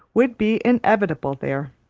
would be inevitable there,